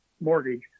mortgage